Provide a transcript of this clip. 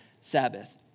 Sabbath